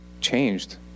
changed